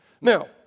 Now